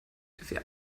wer